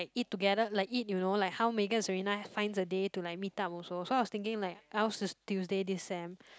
like eat together like eat you know like how Megan Serena finds a day to like meet up also so I was thinking like ours is Tuesday this sem